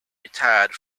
retired